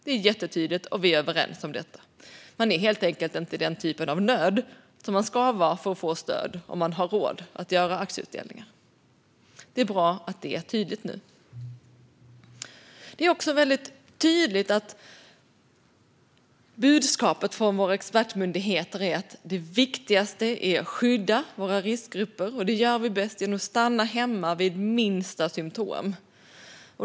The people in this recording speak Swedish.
Det är jättetydligt, och vi är överens om detta. Man är helt enkelt inte i den typ av nöd som man ska vara i för att få stöd om man har råd att göra aktieutdelningar. Det är bra att det är tydligt nu. Budskapet från våra expertmyndigheter är också tydligt: Det viktigaste är att skydda våra riskgrupper, och det gör vi bäst genom att stanna hemma vid minsta symtom.